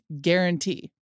guarantee